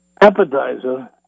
appetizer